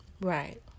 Right